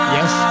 Yes